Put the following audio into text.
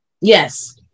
Yes